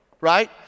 right